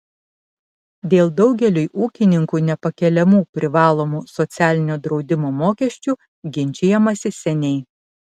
dėl daugeliui ūkininkų nepakeliamų privalomų socialinio draudimo mokesčių ginčijamasi seniai